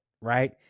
right